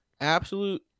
Absolute